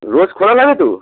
রোজ খোলা থাকে তো